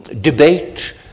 debate